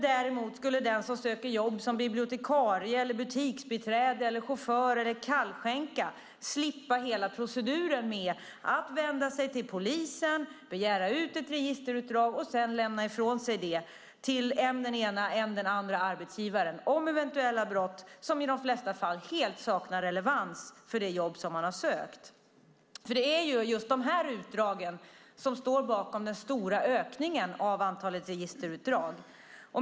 Däremot skulle den som söker jobb som bibliotekarie, butiksbiträde, chaufför eller kallskänka slippa hela proceduren med att vända sig till polisen, begära ut ett registerutdrag och sedan lämna ifrån sig det till än den ena än den andra arbetsgivaren om eventuella brott som i de flesta fall helt saknar relevans för det jobb som man har sökt. Det är just de här utdragen som står bakom den stora ökningen av antalet registerutdrag.